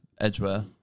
Edgeware